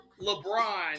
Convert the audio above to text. lebron